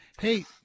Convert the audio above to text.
Hey